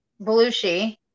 Belushi